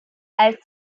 als